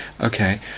Okay